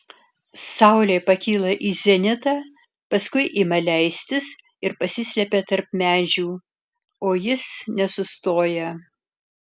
saulė pakyla į zenitą paskui ima leistis ir pasislepia tarp medžių o jis nesustoja